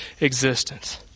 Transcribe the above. existence